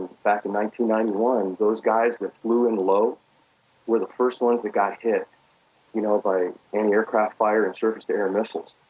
and and ninety ninety one, those guys that flew in low were the first ones that got hit you know by any air craft fire and surface to air missiles.